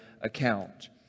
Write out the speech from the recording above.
account